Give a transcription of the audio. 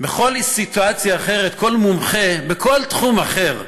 בכל סיטואציה אחרת, כל מומחה בכל תחום אחר,